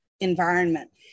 environment